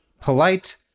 polite